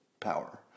power